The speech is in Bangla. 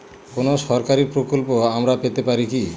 কোন সরকারি প্রকল্প আমরা পেতে পারি কি?